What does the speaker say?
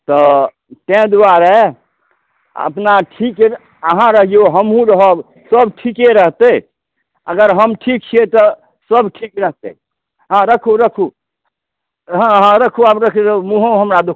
तऽ ताहि दुआरे अपना ठीक अइ आहाँ रहिऔ हमहूँ रहब सब ठीके रहतै अगर हम ठीक छियै तऽ सब ठीक रहतै हँ रखू रखू हँ हँ रखू आब रख मूँहो हमरा दु